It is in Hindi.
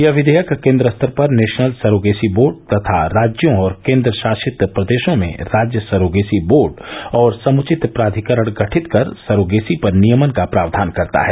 यह विधेयक केन्द्र स्तर पर नेशनल सरोगेसी बोर्ड तथा राज्यों और केन्द्रशासित प्रदेशों में राज्य सरोगेसी बोर्ड और समुचित प्राधिकरण गठित कर सरोगेसी पर नियमन का प्रावधान करता है